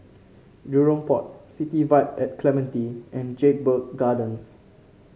Jurong Port City Vibe at Clementi and Jedburgh Gardens